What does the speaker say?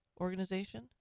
organization